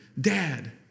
dad